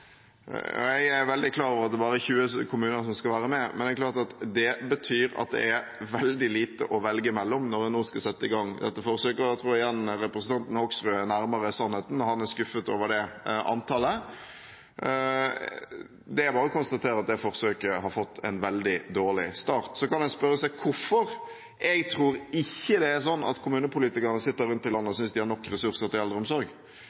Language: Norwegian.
Jeg er veldig klar over at det bare er 20 kommuner som skal være med, men det er klart at det betyr at det er veldig lite å velge mellom når en nå skal sette i gang dette forsøket. Og jeg tror igjen at representanten Hoksrud er nærmere sannheten når han er skuffet over det antallet. Det er bare å konstatere at det forsøket har fått en veldig dårlig start. Så kan en spørre seg hvorfor. Jeg tror ikke det er sånn at kommunepolitikere sitter rundt i landet og synes de har nok ressurser til eldreomsorg.